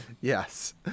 Yes